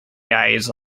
guys